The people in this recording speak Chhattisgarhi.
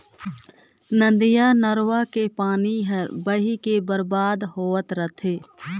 नदिया नरूवा के पानी हर बही के बरबाद होवत रथे